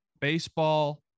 Baseball